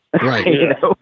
Right